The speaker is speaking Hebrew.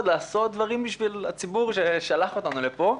ולעשות דברים עבור הציבור ששלח אותנו לפה.